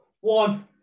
one